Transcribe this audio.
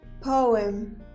Poem